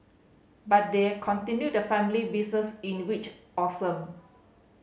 but they're continued the family business in which awesome